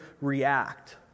react